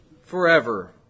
forever